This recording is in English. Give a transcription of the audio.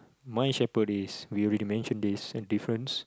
my shepherd we already mention this any difference